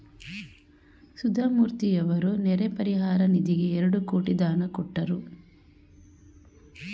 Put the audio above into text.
ಸುಧಾಮೂರ್ತಿಯವರು ನೆರೆ ಪರಿಹಾರ ನಿಧಿಗೆ ಎರಡು ಕೋಟಿ ದಾನ ಕೊಟ್ಟರು